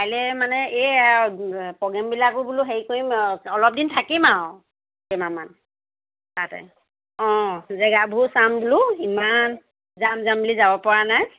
কাইলে মানে এই প্ৰ'গ্ৰেমবিলাকো বোলো হেৰি কৰিম অলপ দিন থাকিম আৰু কেইমাহমান তাতে অঁ জেগাবোৰো চাম বোলো ইমান যাম যাম বুলি যাব পৰা নাই